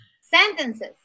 sentences